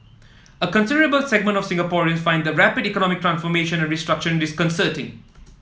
a considerable segment of Singaporeans find the rapid economic transformation and restructuring disconcerting